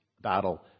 battle